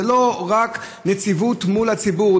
זה לא רק נציבות מול הציבור.